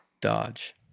Dodge